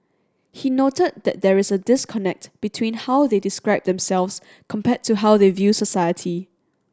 he noted that there is a disconnect between how they describe themselves compared to how they view society